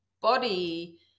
body